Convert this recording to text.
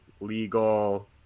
legal